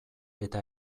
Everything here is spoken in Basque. eta